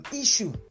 issue